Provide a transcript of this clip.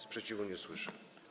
Sprzeciwu nie słyszę.